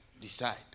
decide